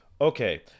Okay